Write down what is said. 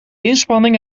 inspanning